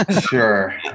Sure